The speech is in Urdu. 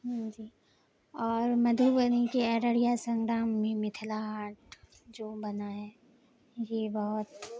جی اور مدھوبنی کے ارریا سنگرام میں متھلا ہاٹ جو بنا ہے یہ بہت